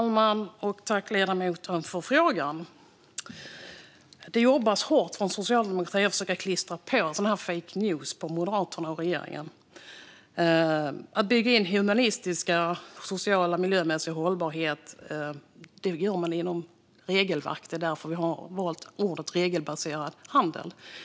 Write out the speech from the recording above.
Fru talman! Jag tackar ledamoten för frågan. Det jobbas hårt från Socialdemokraterna med att försöka klistra på sådana här fake news på Moderaterna och regeringen. Bygga in humanitära aspekter och social och miljömässig hållbarhet gör man genom regelverk. Det är därför vi har valt begreppet regelbaserad handel.